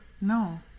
no